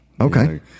Okay